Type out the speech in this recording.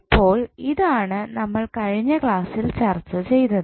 ഇപ്പോൾ ഇതാണ് നമ്മൾ കഴിഞ്ഞ ക്ലാസ്സിൽ ചർച്ച ചെയ്തത്